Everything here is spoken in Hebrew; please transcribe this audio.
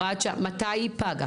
מתי הוא פג?